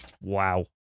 Wow